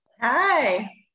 Hi